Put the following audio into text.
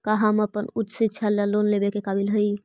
का हम अपन उच्च शिक्षा ला लोन लेवे के काबिल ही?